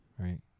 Right